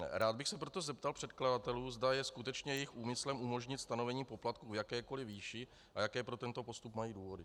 Rád bych se proto zeptal předkladatelů, zda je skutečně jejich úmyslem umožnit stanovení poplatků v jakékoli výši a jaké pro tento postup mají důvody.